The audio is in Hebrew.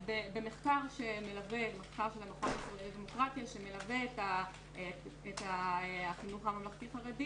במחקר של המכון הישראלי לדמוקרטיה שמלווה את החינוך הממלכתי-חרדי,